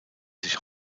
sich